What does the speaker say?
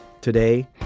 Today